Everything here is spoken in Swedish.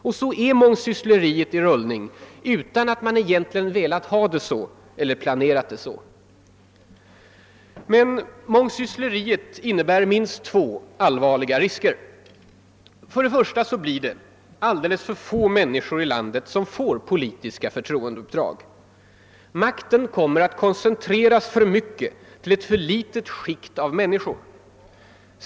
Och så är mångsyssleriet i rullning utan att man egentligen velat ha det så eller planerat det så. Men mångsyssleriet innebär minst två allvarliga risker. För det första blir det alldeles för få människor i landet som får politiska förtroendeuppdrag. Makten kommer att koncentreras för mycket till ett för litet skikt av människor.